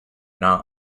not